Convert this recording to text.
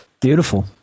beautiful